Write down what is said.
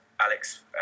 Alex